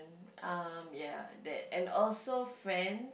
um ya that and also friends